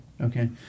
Okay